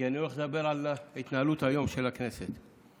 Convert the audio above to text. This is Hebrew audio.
כי אני הולך לדבר על ההתנהלות של הכנסת היום.